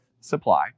supply